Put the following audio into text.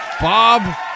Bob